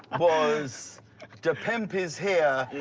was dapimp is here